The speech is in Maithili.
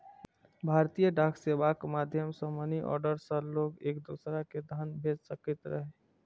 भारतीय डाक सेवाक माध्यम सं मनीऑर्डर सं लोग एक दोसरा कें धन भेज सकैत रहै